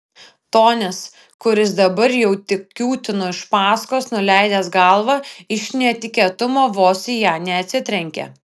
tonis kuris dabar jau tik kiūtino iš paskos nuleidęs galvą iš netikėtumo vos į ją neatsitrenkė